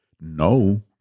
no